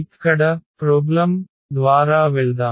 ఇక్కడ సమస్య ద్వారా వెళ్దాం